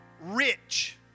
rich